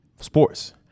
sports